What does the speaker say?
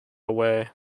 away